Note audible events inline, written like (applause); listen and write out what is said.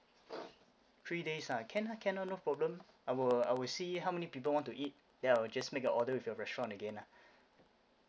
(noise) three days ah can lah can lah no problem I will I will see how many people want to eat then I will just make a order with your restaurant again lah